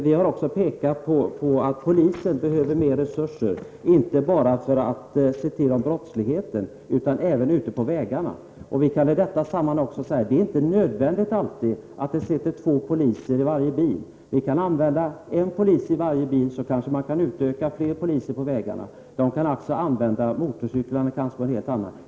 Vi har även påpekat att polisen behöver mer resurser, inte bara i kampen mot brottsligheten utan även ute på vägarna. Jag vill i detta sammanhang också påpeka att det inte är nödvändigt att det alltid sitter två poliser i varje bil. Om vi har en polis i varje bil kanske man kan utöka antalet poliser på vägarna. De kan använda motorcyklar eller annat.